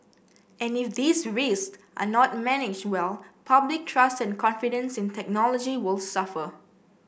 and if these risk are not managed well public trust and confidence in technology will suffer